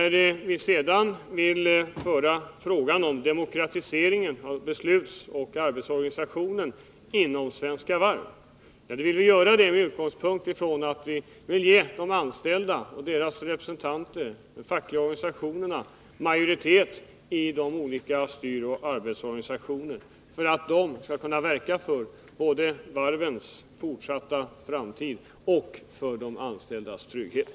Beträffande frågan om demokratiseringen av beslutsoch arbetsorganisationen inom Svenska Varv är utgångspunkten att vi vill ge de anställda och deras representanter — de fackliga organisationerna — majoritet i de olika styroch arbetsorganisationerna, så att dessa skall kunna verka för både varvens fortsatta framtid och de anställdas trygghet.